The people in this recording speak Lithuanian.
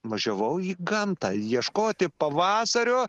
važiavau į gamtą ieškoti pavasario